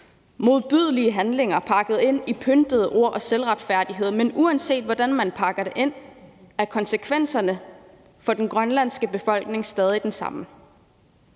modbydelige handlinger pakket ind i pyntede ord og selvretfærdighed – men uanset hvordan man pakker det ind, er konsekvenserne for den grønlandske befolkning stadig de samme.